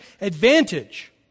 advantage